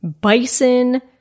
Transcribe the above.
bison